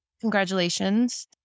Congratulations